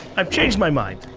i've changed my mind.